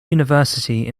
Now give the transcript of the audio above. university